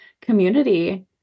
community